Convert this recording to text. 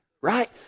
right